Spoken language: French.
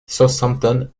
southampton